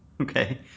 Okay